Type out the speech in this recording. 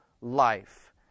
life